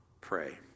pray